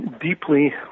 deeply